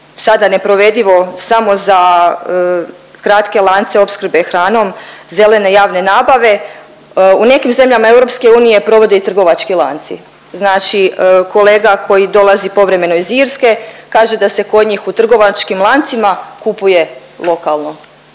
sada neprovedivo samo za kratke lance opskrbe hranom zelene javne nabave u nekim zemljama EU provode i trgovački lanci. Znači kolega koji dolazi povremeno iz Irske kaže da se kod njih u trgovačkim lancima kupuje lokalno.